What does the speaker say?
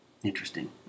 Interesting